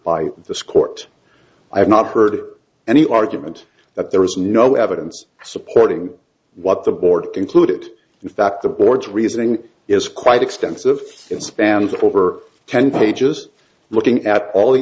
by the score i have not heard any argument that there was no evidence supporting what the board concluded in fact the board's reasoning is quite extensive it spans over ten pages looking at all the